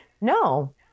no